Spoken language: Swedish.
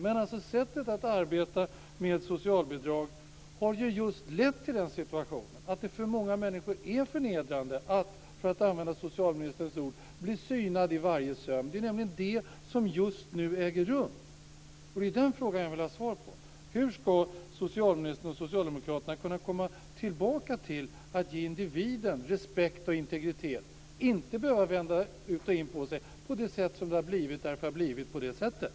Men sättet att arbeta med socialbidrag har ju lett till just den situationen att det för många människor är förnedrande att, för att använda socialministerns ord, bli synad i varje söm. Det är nämligen det som just nu äger rum, och det är den frågan jag vill har svar på: Hur ska socialministern och socialdemokraterna kunna komma tillbaka till att ge individen respekt och integritet så att man inte behöver vända ut och in på sig på det sätt som har blivit därför att det har blivit på det sättet?